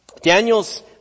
Daniel's